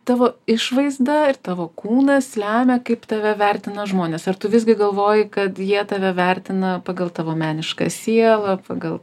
tavo išvaizda ir tavo kūnas lemia kaip tave vertina žmonės ar tu visgi galvoji kad jie tave vertina pagal tavo menišką sielą pagal